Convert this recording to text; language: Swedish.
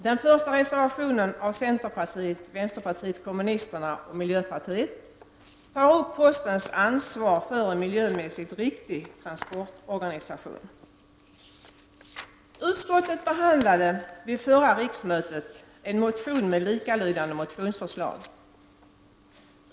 Den första reservationen, av centerpartiet, vänsterpartiet kommunisterna och miljöpartiet, tar upp postens ansvar för en miljömässigt riktig transportorganisation. Utskottet behandlade vid förra riksmötet en motion med likalydande motionsförslag.